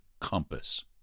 compass